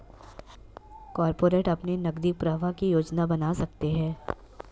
corporate अपने नकदी प्रवाह की योजना बना सकते हैं